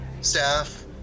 staff